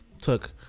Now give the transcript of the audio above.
took